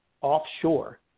offshore